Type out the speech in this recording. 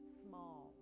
small